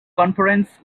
conference